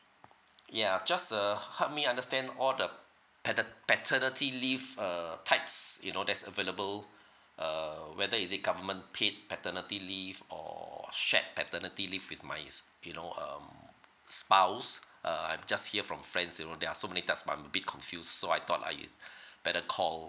ya just err help me understand all the pater~ paternity leave err types you know that's available uh whether is it government paid paternity leave or shared paternity leave with my s~ you know um spouse uh I just hear from friends you know there are so many types but I'm a bit confused so I thought I better call